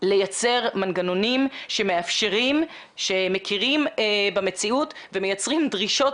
לייצר מנגנונים שמאפשרים ומכירים במציאות ומייצרים דרישות